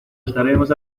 estaremos